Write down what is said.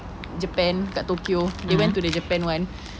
japan kat tokyo they went to the japan [one]